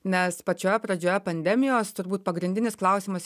nes pačioje pradžioje pandemijos turbūt pagrindinis klausimas